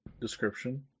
description